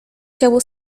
ciało